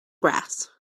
grass